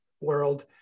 world